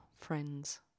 friends